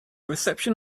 reception